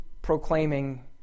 proclaiming